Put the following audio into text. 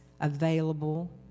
available